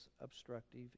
obstructive